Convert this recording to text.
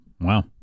Wow